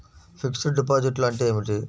Fixed డిపాజిట్లు అంటే ఏమిటి?